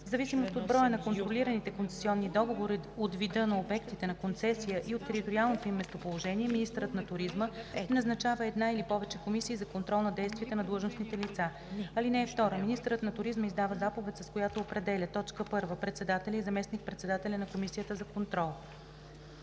зависимост от броя на контролираните концесионни договори, от вида на обектите на концесия и от териториалното им местоположение министърът на туризма, назначава една или повече комисии за контрол на действията на длъжностните лица. (2) Министърът на туризма издава заповед, с която определя: 1. председателя и заместник-председателя на комисията за контрол;